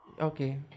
Okay